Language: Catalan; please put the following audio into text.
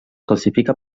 classifica